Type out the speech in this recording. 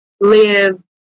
live